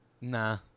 Nah